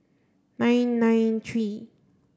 nine nine three